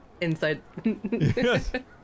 Inside